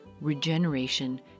regeneration